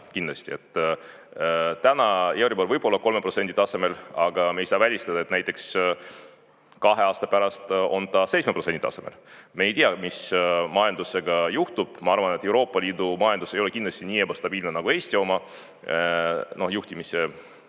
kindlasti, täna euribor võib olla 3% tasemel, aga me ei saa välistada, et näiteks kahe aasta pärast on ta 7% tasemel. Me ei tea, mis majandusega juhtub. Ma arvan, et Euroopa Liidu majandus ei ole kindlasti nii ebastabiilne nagu Eesti oma juhtimise